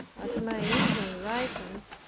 as my reason ripened,